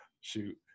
shoot